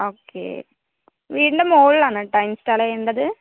okay വീടിൻ്റെ മുകളിലാണോ ട്ടാ ഇൻസ്റ്റാൾ ചെയ്യേണ്ടത്